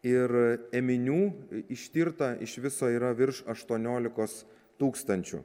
ir ėminių ištirta iš viso yra virš aštuoniolikos tūkstančių